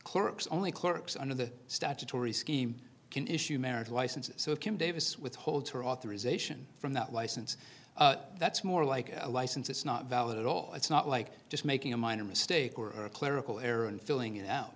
clerks only clerks under the statutory scheme can issue marriage licenses so it can davis withhold her authorization from that license that's more like a license it's not valid at all it's not like just making a minor mistake or a clerical error and filling it out